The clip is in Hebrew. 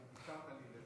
שאפשרת לי לסיים.